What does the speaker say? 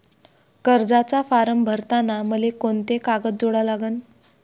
कर्जाचा फारम भरताना मले कोंते कागद जोडा लागन?